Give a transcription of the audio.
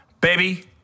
Baby